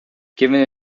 given